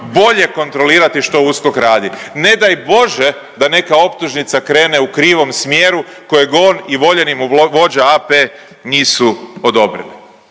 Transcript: bolje kontrolirati što USKOK radi. Ne daj Bože da neka optužnica krene u krivom smjeru kojeg on i voljeni mu vođa AP nisu odobreni.